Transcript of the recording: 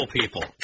people